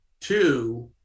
Two